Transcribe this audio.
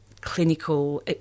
clinical